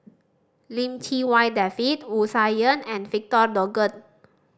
Lim Chee Wai David Wu Tsai Yen and Victor Doggett